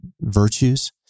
virtues